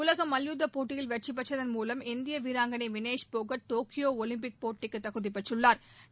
உலக மல்யுத்த போட்டியில் வெற்றிபெற்றதன் மூலம் இந்திய வீராங்கனை வினேஷ் போகட் ஒலிம்பிக் போட்டிக்கு தகுதிப்பெற்றுள்ளாா்